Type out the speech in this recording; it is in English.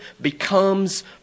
becomes